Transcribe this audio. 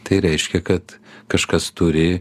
tai reiškia kad kažkas turi